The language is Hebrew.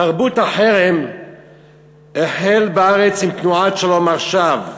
תרבות החרם החלה בארץ עם תנועת "שלום עכשיו".